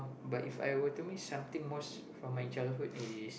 but If I were to miss something most from my childhood is